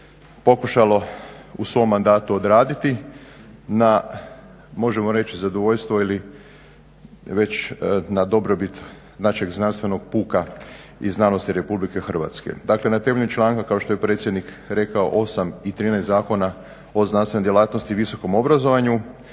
pokušalo u svom mandatu odraditi na možemo reći zadovoljstvo ili već na dobrobit našeg znanstvenog puka i znanosti Republike Hrvatske. Dakle, na temelju članka kao što je predsjednik rekao osam i trinaest zakona o znanstvenoj djelatnosti i visokom obrazovanju